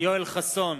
יואל חסון,